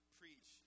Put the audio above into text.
preach